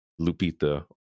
Lupita